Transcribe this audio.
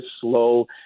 slow